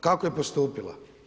Kako je postupila?